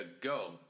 go